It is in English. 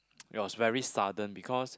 it was very sudden because